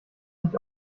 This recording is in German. nicht